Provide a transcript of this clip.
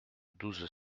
douze